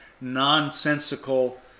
nonsensical